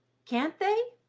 can't they?